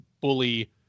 bully